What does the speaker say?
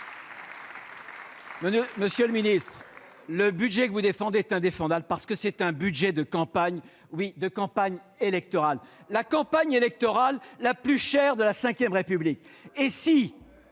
Monsieur le ministre, le budget que vous défendez est indéfendable, car c'est un budget de campagne électorale, et de la campagne électorale la plus chère de la V République ! Eh